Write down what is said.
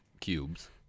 cubes